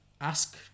ask